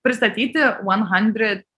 pristatyti vuon handrid